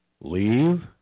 leave